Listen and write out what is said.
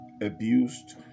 abused